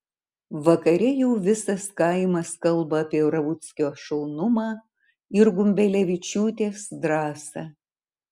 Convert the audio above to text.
vakare jau visas kaimas kalba apie rauckio šaunumą ir gumbelevičiūtės drąsą